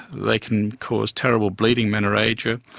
they can cause terrible bleeding, menorrhagia.